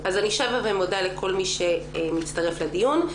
אני שבה ומודה לכל מי שמצטרף לדיון.